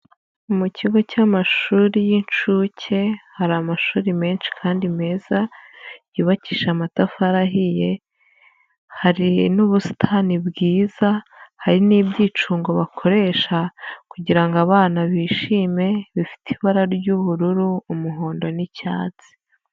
Mu kigo cy'amashuri y'incuke, hari amashuri menshi kandi meza yubakisha amatafari ahiye, hari n'ubusitani bwiza, hari n'ibyicungo bakoresha kugira abana bishime, bifite ibara ry'ubururu, umuhondo n'icyatsi.